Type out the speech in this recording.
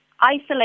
isolate